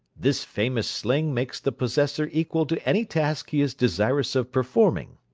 this famous sling makes the possessor equal to any task he is desirous of performing.